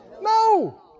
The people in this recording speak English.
No